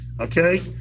okay